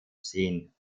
sehen